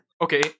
okay